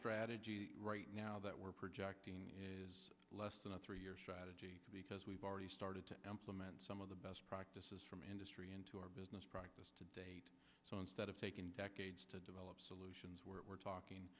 strategy right now that we're projecting is less than a three year strategy because we've already started to implement some of the best practices from industry into our business practice today so instead of taking decades to develop solutions we're talking